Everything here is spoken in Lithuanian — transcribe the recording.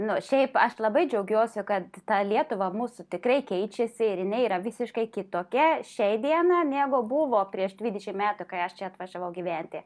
nu šiaip aš labai džiaugiuosi kad ta lietuva mūsų tikrai keičiasi ir jinai yra visiškai kitokia šiai dienai negu buvo prieš dvidešimt metų kai aš čia atvažiavau gyventi